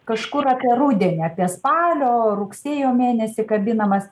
kažkur apie rudenį apie spalio rugsėjo mėnesį kabinamas